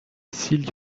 s’il